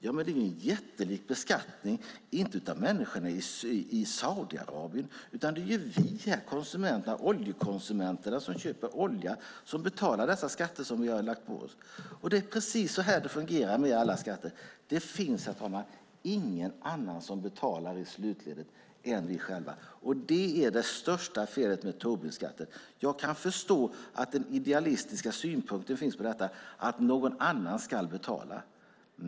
Ja, det är ju en jättelik beskattning men inte av människorna i Saudiarabien, utan det är vi oljekonsumenter som köper olja som betalar de skatter som lagts på oss. Det är precis så det fungerar med alla skatter. Det finns, herr talman, ingen annan i slutledet än vi själva som betalar. Det är det största felet med Tobinskatten. Jag kan förstå den idealistiska synen på detta, att någon annan ska betala.